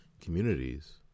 communities